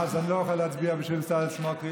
אה, אז אני לא אוכל להצביע בשביל בצלאל סמוטריץ'.